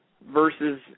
versus